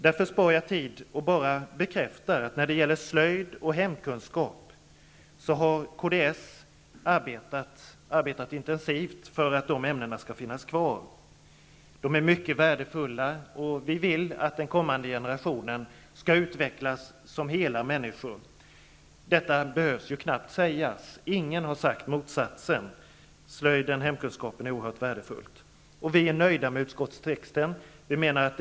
Därför spar jag tid genom att bara bekräfta, att när det gäller slöjd och hemkunskap, har Kds arbetat intensivt för att de ämnena skall finnas kvar. De är mycket värdefulla. Vi vill att den kommande generationen skall utvecklas som hela människor. Detta behöver knappast sägas. Ingen har sagt motsatsen. Slöjden och hemkunskapen är oerhört värdefulla. Vi är nöjda med texten i betänkandet.